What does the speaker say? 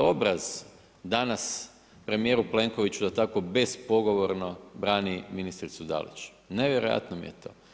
obraz danas premijeru Plenkoviću da tako bespogovorno brani ministricu Dalić, nevjerojatno mi je to.